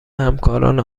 همکاران